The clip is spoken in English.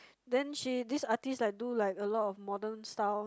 then she this artist like do like a lot of modern style